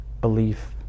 belief